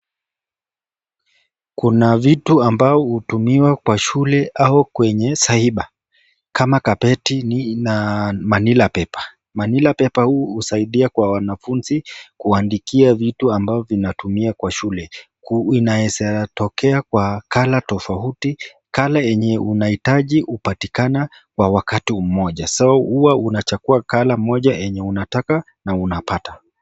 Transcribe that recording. Mwanamke amebeba mtoto mchanga. Amesimama chini ya mti mkubwa. Mtoto analia na amevaa koti la rangi ya bluu. Mwanamke amevaa nguo nyeupe na anaangalia mbele. Nyuma yao kuna gari nyeusi.